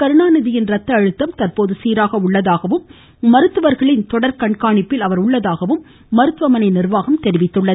கருணாநிதியின் ரத்த அழுத்தம் தற்போது சீராக உள்ளதாகவும் மருத்துவர்களின் தொடர் கண்காணிப்பில் உள்ளதாகவும் மருத்துவமனை நிர்வாகம் தெரிவித்துள்ளது